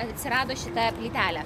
atsirado šita plytele